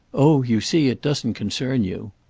oh you see it doesn't concern you.